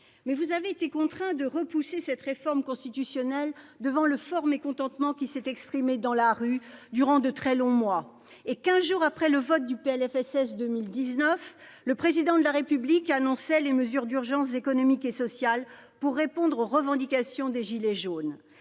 Mais vous avez été contraints de repousser cette réforme constitutionnelle devant le fort mécontentement qui s'est exprimé dans la rue durant de très longs mois, et quinze jours après le vote du PLFSS 2019, le Président de la République annonçait les mesures d'urgence économiques et sociales pour répondre aux revendications des « gilets jaunes